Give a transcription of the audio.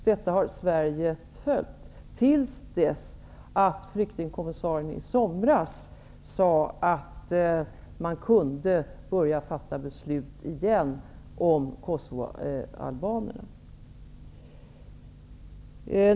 Detta har Sverige följt till dess att flyktingkommissarien i somras sade att vi kunde börja fatta beslut om kosovoalbanerna igen.